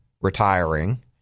retiring